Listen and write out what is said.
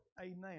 Amen